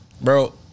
Bro